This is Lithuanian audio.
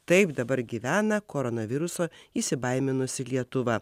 taip dabar gyvena koronaviruso įsibaiminusi lietuva